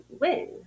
win